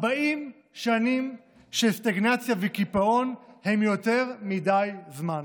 40 שנים של סטגנציה וקיפאון הן יותר מדי זמן.